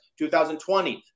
2020